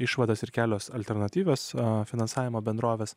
išvadas ir kelios alternatyvios finansavimo bendrovės